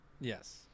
Yes